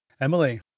Emily